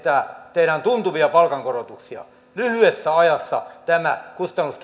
tehdään tuntuvia palkankorotuksia olisi lyhyessä ajassa tämä kustannuskilpailukykyongelma